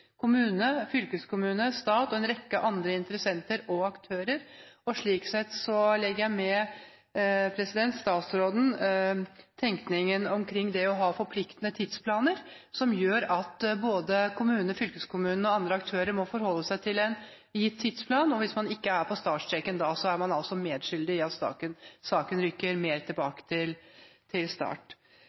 kommune, fylkeskommune, stat og en rekke andre interessenter og aktører – og slik sett deler jeg med statsråden tenkningen omkring det å ha forpliktende tidsplaner, som gjør at både kommune, fylkeskommune og andre aktører må forholde seg til en gitt tidsplan. Hvis man ikke er på startstreken da, er man altså medskyldig i at saken rykker mer tilbake til start.